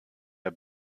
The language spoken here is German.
der